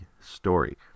story